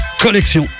Collection